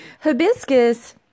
Hibiscus